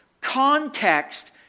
context